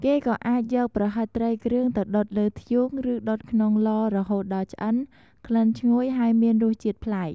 គេក៏អាចយកប្រហិតត្រីគ្រឿងទៅដុតលើធ្យូង ឬដុតក្នុងឡរហូតដល់ឆ្អិន ក្លិនឈ្ងុយ ហើយមានរសជាតិប្លែក។